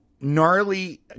gnarly